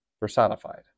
personified